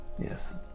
yes